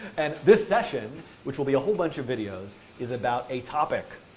and this session which will be a whole bunch of videos, is about a topic,